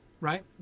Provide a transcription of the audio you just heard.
right